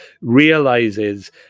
realizes